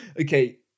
Okay